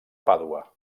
pàdua